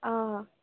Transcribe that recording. অঁ